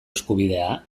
eskubidea